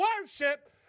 worship